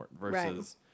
versus